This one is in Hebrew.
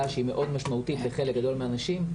שהיא מאוד משמעותית לחלק גדול מהנשים,